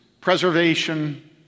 preservation